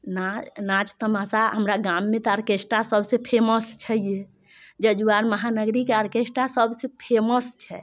नाच नाच तमाशा हमरा गाममे तऽ आरकेष्ट्रा सबसँ फेमस छै हे जजुवार महानगरीके आरकेष्ट्रा सबसँ फेमस छै